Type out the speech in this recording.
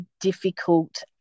difficult